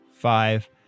five